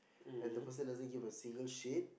and the person doesn't give a single shit